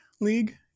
league